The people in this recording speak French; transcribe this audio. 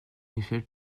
michel